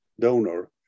donor